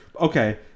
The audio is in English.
Okay